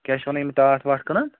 کیٛاہ چھِ ونان یِم ٹاٹھ واٹھ کٕنان